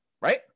right